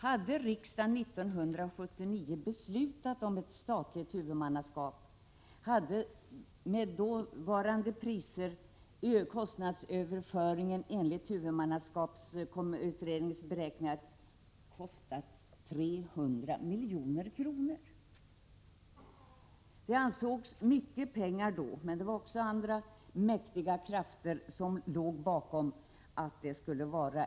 Hade riksdagen 1979 beslutat om statligt huvudmannaskap så hade, med dåvarande priser, kostnadsöverföringen enligt huvudmannaskapsutredningens beräkningar kostat 300 milj.kr. Det ansågs vara mycket pengar då. Men det var också mäktiga krafter som låg bakom uppfattningen att det Prot.